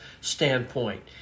standpoint